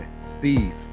Steve